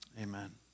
Amen